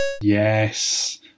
Yes